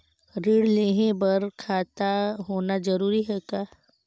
ऋण लेहे बर खाता होना जरूरी ह का?